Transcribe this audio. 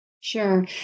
Sure